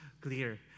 clear